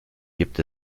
gibt